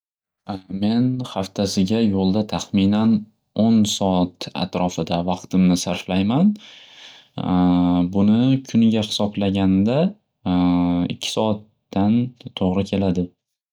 Men haftasiga yo'lda taxminan o'n soat atrofida vaqtimni sarflayman buni kuniga xisoblaganda ikki soatdan to'g'ri keladi.